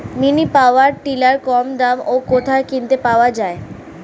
Mini power tiller কত দাম ও কোথায় কিনতে পাওয়া যায়?